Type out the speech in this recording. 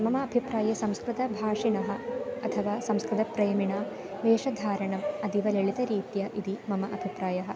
मम अभिप्राये संस्कृतभाषिणः अथवा संस्कृतप्रेमिणा वेषधारणम् अतीव ललितरीत्या इति मम अभिप्रायः